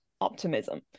optimism